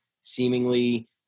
seemingly